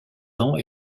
ans